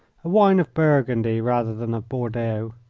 a wine of burgundy rather than of bordeaux.